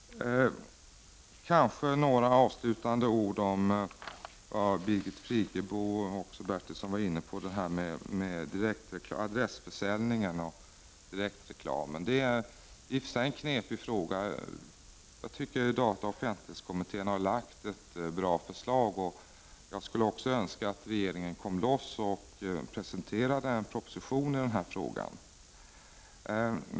SR äga (I VARA Så kanske några avslutande ord om vad Birgit Friggebo och också Stig Bertilsson var inne på, nämligen adressförsäljningen och direktreklamen. Det är i och för sig en knepig fråga. Jag tycker att dataoch offentlighetskommittén har lagt fram ett bra förslag, och jag önskar att regeringen kom loss och presenterade en proposition i frågan.